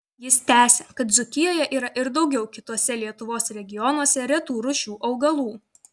jis tęsia kad dzūkijoje yra ir daugiau kituose lietuvos regionuose retų rūšių augalų